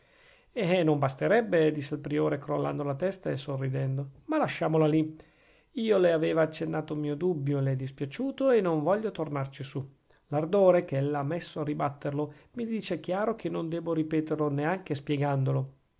eh non basterebbe disse il priore crollando la testa e sorridendo ma lasciamola lì io le aveva accennato un mio dubbio le è dispiaciuto e non voglio tornarci su l'ardore che ella ha messo a ribatterlo mi dice chiaro che non debbo ripeterlo neanche spiegandolo